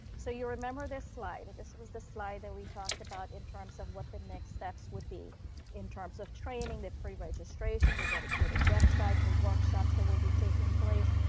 so you remember this slide. this was the slide that we talked about in terms of what the next steps would be in terms of training, the preregistration, the dedicated website, the workshops that will be taking place,